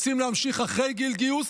רוצים להמשיך אחרי גיל גיוס?